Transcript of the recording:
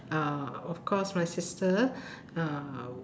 uh of course my sister uh